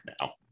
now